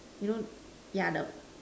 you know yeah the